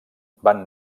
van